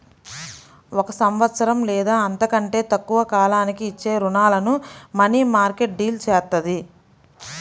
ఒక సంవత్సరం లేదా అంతకంటే తక్కువ కాలానికి ఇచ్చే రుణాలను మనీమార్కెట్ డీల్ చేత్తది